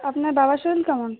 আপনার বাবার শরীর কেমন